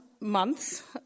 months